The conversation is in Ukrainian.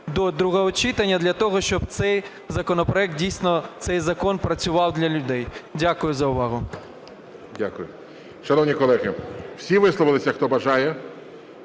до другого читання для того, щоб цей законопроект, дійсно цей закон працював для людей. Дякую за увагу. ГОЛОВУЮЧИЙ. Дякую. Шановні колеги, всі висловилися, хто бажає?